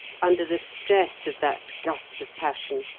under the stress of that gust of passion,